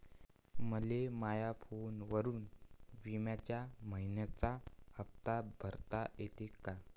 मले माया फोनवरून बिम्याचा मइन्याचा हप्ता भरता येते का?